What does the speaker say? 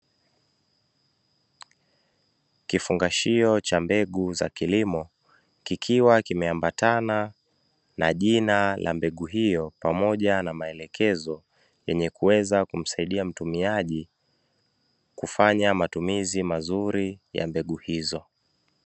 Kifungashio cha mbegu za kilimo kikiwa kimeambatana na jina la mbegu hiyo pamoja na maelekezo, yenye kuweza kumsaidia mtumiaji kufanya matumizi mazuri ya mbegu hizo.